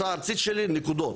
כי יש בפריסה ארצית שלי נקודות.